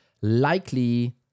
likely